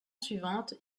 suivante